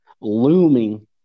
looming